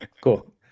Cool